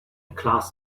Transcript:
class